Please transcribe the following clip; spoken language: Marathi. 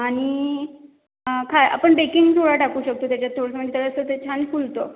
आणि खाय आपण बेकिंग सोडा टाकू शकतो त्याच्यात थोडंसं म्हणजे त्याला असं ते छान फुलतं